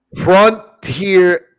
Frontier